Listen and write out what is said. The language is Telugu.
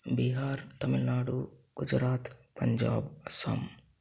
బీహార్ తమిళనాడు గుజరాత్ పంజాబ్ అస్సాం